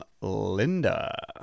Linda